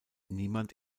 niemand